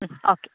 okay